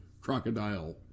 crocodile